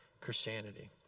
Christianity